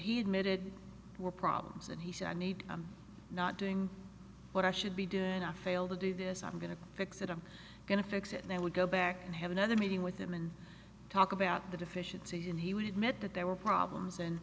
he admitted were problems and he said i need i'm not doing what i should be doing and i failed to do this i'm going to fix it i'm going to fix it and i would go back and have another meeting with him and talk about the deficiency and he would admit that there were problems and